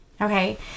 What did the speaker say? Okay